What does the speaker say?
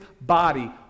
body